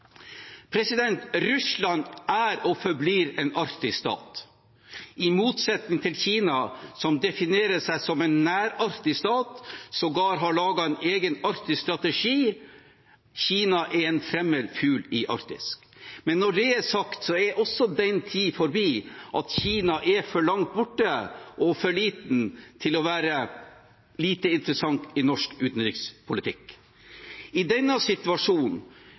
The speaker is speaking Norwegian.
Russland er og forblir en arktisk stat, i motsetning til Kina, som definerer seg som en nær-arktisk stat, og som sågar har laget en egen arktisk strategi. Kina er en fremmed fugl i Arktis. Men når det er sagt: Den tid er også forbi at Kina er for langt borte og for liten til å være lite interessant i norsk utenrikspolitikk. I denne situasjonen,